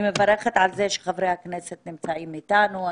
אני מברכת על זה שחברי הכנסת נמצאים איתנו.